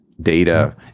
data